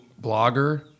blogger